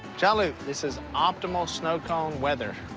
john luke, this is optimal snow cone weather.